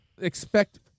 expect